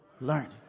Learning